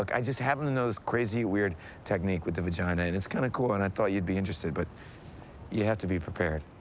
like i just happen to know this crazy, weird technique with the vagina. and it's kind of cool, and i thought you'd be interested. but you have to be prepared.